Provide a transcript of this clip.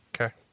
Okay